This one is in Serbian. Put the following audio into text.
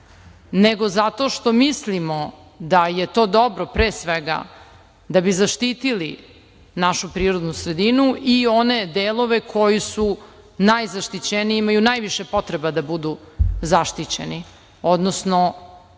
nego zato što mislimo da je to dobro, pre svega da bi zaštitili našu prirodnu sredinu i one delove koji su najzaštićeniji, imaju najviše potreba da budu zaštićeni, odnosno